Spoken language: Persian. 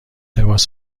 لباس